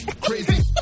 crazy